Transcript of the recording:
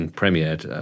premiered